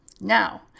now